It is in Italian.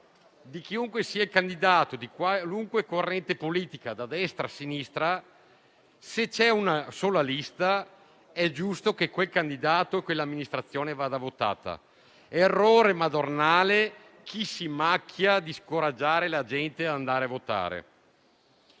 Chiunque sia il candidato, di qualunque corrente politica (da destra a sinistra), se c'è una sola lista è giusto che quel candidato e quell'amministrazione vengano votati. Chi scoraggia la gente ad andare a votare